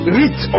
rich